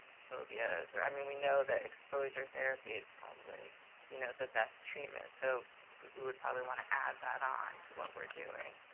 phobias, i mean we know the exposure therapy is probably you know, the best treatment, so we would probably want to add that on to what we're doing.